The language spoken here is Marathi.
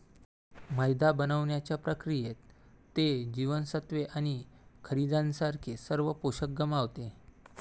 मैदा बनवण्याच्या प्रक्रियेत, ते जीवनसत्त्वे आणि खनिजांसारखे सर्व पोषक गमावते